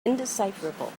indecipherable